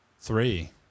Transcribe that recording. Three